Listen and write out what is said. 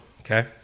okay